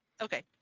Okay